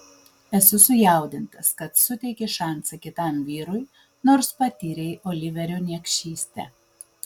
esu sujaudintas kad suteiki šansą kitam vyrui nors patyrei oliverio niekšystę